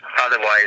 otherwise